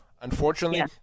unfortunately